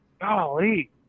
golly –